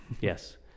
yes